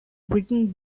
written